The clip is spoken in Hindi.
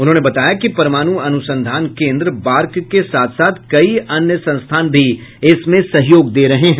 उन्होंने बताया कि भाभा परमाणू अनुसंधान केन्द्र बार्क के साथ साथ कई अन्य संस्थान भी इसमें सहयोग दे रहे हैं